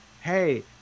hey